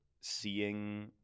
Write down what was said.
seeing